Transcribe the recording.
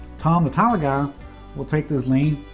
tom the title guy will take this lien